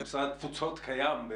וזה גם אחד הדברים שאנחנו מנסים לפתור